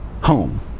home